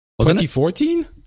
2014